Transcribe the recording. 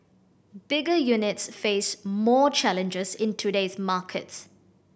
bigger units face more challenges in today's market